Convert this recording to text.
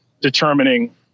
determining